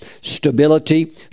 stability